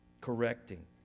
correcting